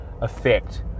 effect